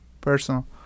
personal